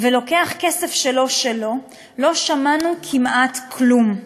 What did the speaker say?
ולוקח כסף שלא שלו, לא שמענו כמעט כלום.